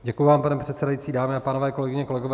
Děkuji vám, pane předsedající. Dámy a pánové, kolegyně, kolegové.